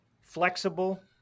flexible